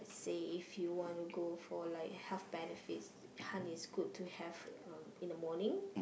say if you want to go for like health benefits honey is good to have uh in the morning